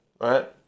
right